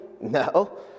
No